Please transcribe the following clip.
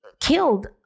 killed